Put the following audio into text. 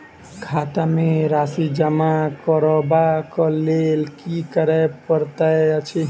खाता मे राशि जमा करबाक लेल की करै पड़तै अछि?